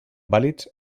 vàlids